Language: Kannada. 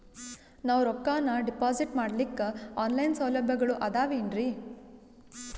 ನಾವು ರೊಕ್ಕನಾ ಡಿಪಾಜಿಟ್ ಮಾಡ್ಲಿಕ್ಕ ಆನ್ ಲೈನ್ ಸೌಲಭ್ಯಗಳು ಆದಾವೇನ್ರಿ?